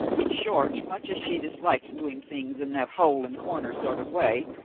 in short, much as she disliked doing things in that hole-and-corner sort of way,